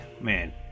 man